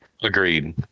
Agreed